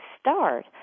start